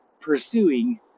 pursuing